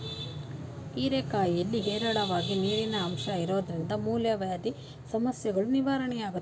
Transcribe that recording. ಹೀರೆಕಾಯಿಲಿ ಹೇರಳವಾಗಿ ನೀರಿನಂಶ ಇರೋದ್ರಿಂದ ಮೂಲವ್ಯಾಧಿ ಸಮಸ್ಯೆಗಳೂ ನಿವಾರಣೆಯಾಗ್ತದೆ